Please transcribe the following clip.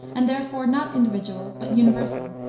and therefore not individual but universal.